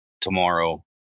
tomorrow